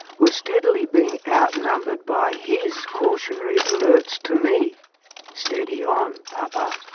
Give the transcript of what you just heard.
were steadily being outnumbered by his cautionary alerts to me steady on, papa.